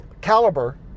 caliber